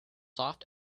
soft